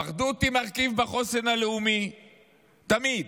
האחדות היא מרכיב בחוסן הלאומי תמיד,